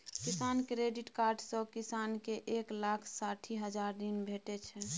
किसान credit card सँ किसान केँ एक लाख साठि हजारक ऋण भेटै छै